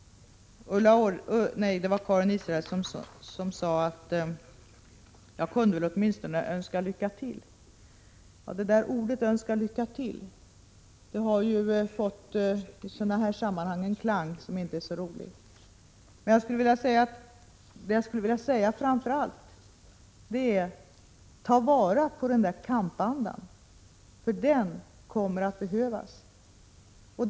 Karin Israelsson sade att jag åtminstone kunde önska lycka till. Ja, uttrycket ”önska lycka till” har i sådana här sammanhang fått en klang som inte är så rolig. Vad jag framför allt skulle vilja säga är: Ta vara på kampandan, den kommer att behövas.